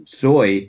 soy